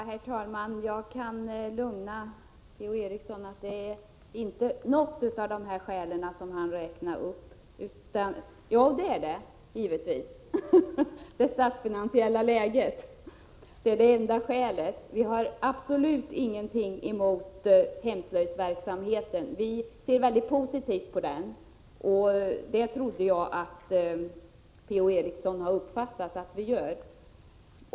Herr talman! Jag kan lugna Per-Ola Eriksson med att det är inte något av de skäl som han räknade upp, förutom det statsfinansiella läget. Vi har absolut ingenting emot hemslöjdsverksamheten. Vi ser väldigt positivt på den, och det trodde jag att Per-Ola Eriksson har uppfattat att vi gör.